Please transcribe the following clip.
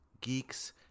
geeks